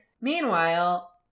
Meanwhile